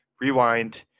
rewind